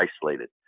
isolated